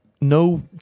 no